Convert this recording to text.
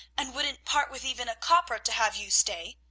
and wouldn't part with even a copper to have you stay,